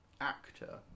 actor